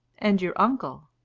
and your uncle?